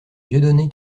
dieudonné